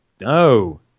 no